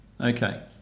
Okay